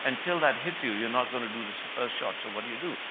until that hits you, you're not going to do the so first shot. so what do you do?